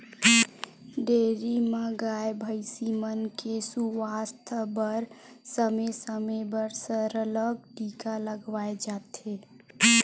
dairy म गाय, भइसी मन के सुवास्थ बर समे समे म सरलग टीका लगवाए जाथे